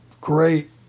great